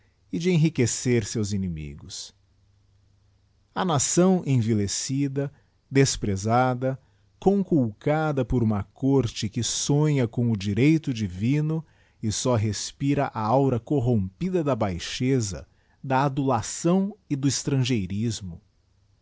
de enriquecer seus inimigos a nação envilecida desprezada cor icj ilcada por uma corte que sonha com o direito diviflç e ó respira a aura corrompida da baixeza da adi çfto e do estrangerismo